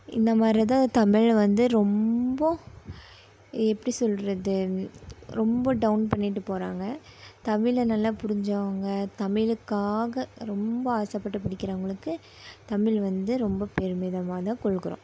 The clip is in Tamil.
இந்த மாதிரிதான் தமிள் வந்து ரொம்ப எப்படி சொல்வது ரொம்ப டவுன் பண்ணிவிட்டு போகிறாங்க தமிழை நல்லா புரிஞ்சவங்க தமிழுக்காக ரொம்ப ஆசைபட்டு படிக்கிறவங்களுக்கு தமிழ் வந்து ரொம்ப பெருமிதமாகதான் கொள்கிறோம்